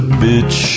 bitch